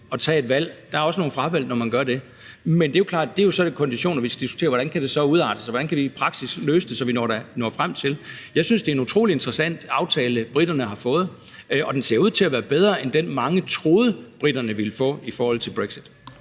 at tage et valg. Der er også nogle fravalg, når man gør det. Men det er klart, at det jo så er de konditioner, vi skal diskutere – hvordan kan det udarte sig, og hvordan kan vi i praksis løse det, så vi når frem til det? Jeg synes, det er en utrolig interessant aftale, briterne har fået, og den ser ud til at være bedre end den, mange troede briterne ville få i forhold til brexit.